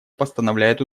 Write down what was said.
постановляет